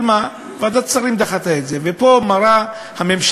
אבל מה, ועדת שרים דחתה את זה, וזה מראה שהממשלה,